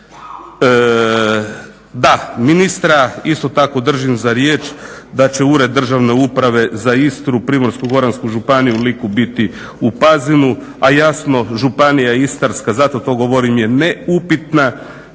Da, ministra isto tako držim za riječ da će ured državne uprave za Istru, Primorsko-goransku županiju, Liku biti u Pazinu a jasno županija Istarska zato to govorim je neupitna